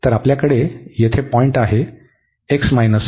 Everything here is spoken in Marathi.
तर आपल्याकडे येथे पॉईंट आहे x 1 2